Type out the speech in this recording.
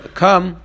come